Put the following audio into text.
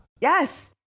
Yes